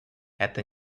это